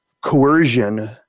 coercion